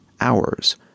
hours